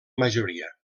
majoria